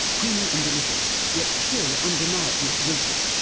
creamy and delicious yet still undeniably wafers.